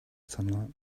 sunlight